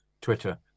Twitter